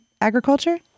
agriculture